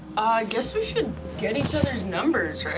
guess we should get each other's numbers,